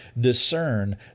discern